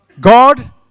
God